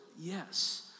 yes